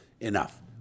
enough